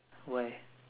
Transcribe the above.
why